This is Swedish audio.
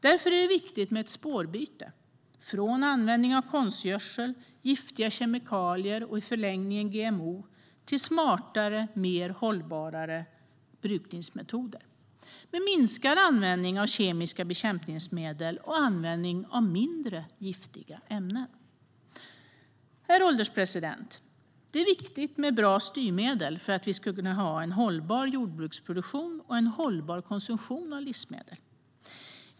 Därför är det viktigt med ett spårbyte från användning av konstgödsel, giftiga kemikalier och i förlängningen GMO till smartare, mer hållbara brukningsmetoder med minskad användning av kemiska bekämpningsmedel och användning av mindre giftiga ämnen. Herr ålderspresident! Det är viktigt med bra styrmedel för att vi ska kunna ha en hållbar jordbruksproduktion och en hållbar konsumtion av livsmedel.